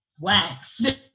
wax